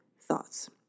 thoughts